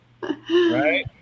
Right